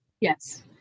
Yes